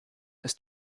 ist